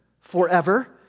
forever